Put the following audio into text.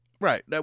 Right